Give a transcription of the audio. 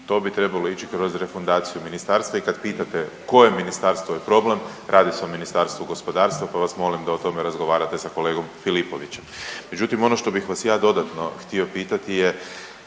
to bi trebalo ići kroz refundaciju ministarstva i kad pitate koje ministarstvo je problem ,radi se o Ministarstvu gospodarstva pa vas molim da o tome razgovarate sa kolegom Filipovićem. Međutim ono što bih vas ja dodatno htio pitati je